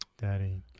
Daddy